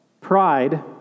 Pride